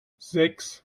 sechs